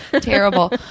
terrible